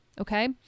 Okay